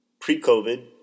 Pre-COVID